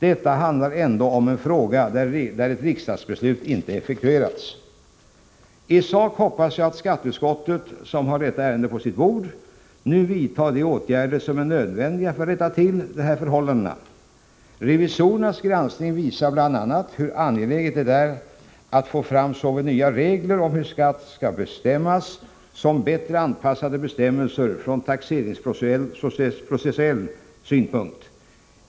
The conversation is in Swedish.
Detta handlar ändå om en fråga där ett riksdagsbeslut inte effektuerats. I sak hoppas jag att skatteutskottet, som har detta ärende på sitt bord, nu vidtar de åtgärder som är nödvändiga för att rätta till dessa förhållanden. Revisorernas granskning visar bl.a. hur angeläget det är att få fram såväl nya regler om hur skatt skall bestämmas som bättre anpassade bestämmelser från taxeringsprocessuell synpunkt.